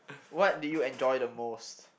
what do you enjoy the most